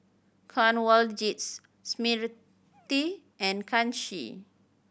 Kanwaljit Smriti and Kanshi